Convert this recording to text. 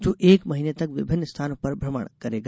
जो एक महीने तक विभिन्न स्थानों पर भ्रमण करेगा